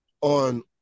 on